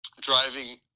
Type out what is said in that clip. driving